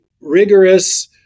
rigorous